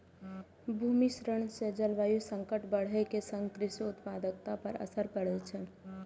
भूमि क्षरण सं जलवायु संकट बढ़ै के संग कृषि उत्पादकता पर असर पड़ै छै